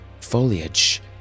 foliage